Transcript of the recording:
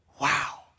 wow